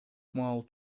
маал